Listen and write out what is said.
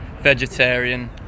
vegetarian